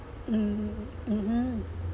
mm mmhmm